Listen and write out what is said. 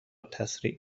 تسریع